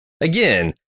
again